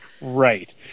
right